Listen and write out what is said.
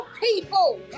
people